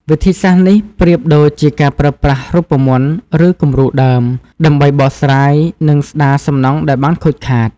វិធីសាស្ត្រនេះប្រៀបដូចជាការប្រើប្រាស់រូបមន្ត ឬគំរូដើម ដើម្បីបកស្រាយ និងស្ដារសំណង់ដែលបានខូចខាត។